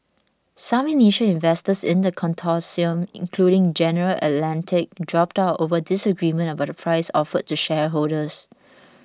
some initial investors in the consortium including General Atlantic dropped out over disagreement about the price offered to shareholders